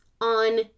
on